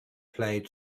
played